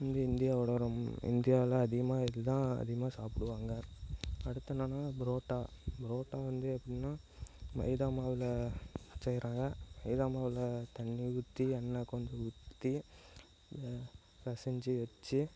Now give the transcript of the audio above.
இங்கே இந்தியாவோடு ரொம் இந்தியாவில் அதிகமாக இது தான் அதிகமாக சாப்பிடுவாங்க அடுத்து என்னான்னா புரோட்டா புரோட்டா வந்து எப்படின்னா மைதா மாவில் செய்கிறாங்க மைதா மாவில் தண்ணி ஊற்றி எண்ணெய் கொஞ்சம் ஊற்றி பிசஞ்சி வெச்சு